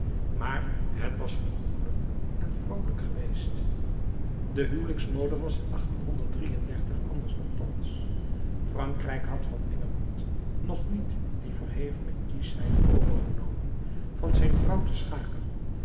maar het was genoegelijk en vroolijk geweest de huwelijksmode was in anders dan thans frankrijk had van engeland nog niet die verhevene kieschheid overgenomen van zijn vrouw te schaken